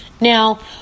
Now